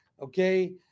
okay